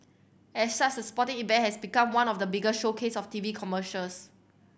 as such the sporting event has become one of the biggest showcases of T V commercials